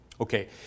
Okay